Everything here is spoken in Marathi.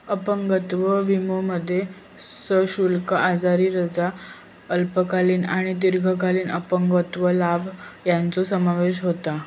अपंगत्व विमोमध्ये सशुल्क आजारी रजा, अल्पकालीन आणि दीर्घकालीन अपंगत्व लाभ यांचो समावेश होता